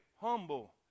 Humble